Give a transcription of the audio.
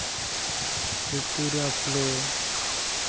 ᱡᱳᱛᱤᱵᱟ ᱯᱷᱩᱞᱮ